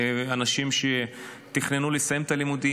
אנשים שתכננו לסיים את הלימודים,